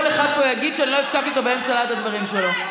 כל אחד פה יגיד שאני לא הפסקתי אותו באמצע להט הדברים שלו.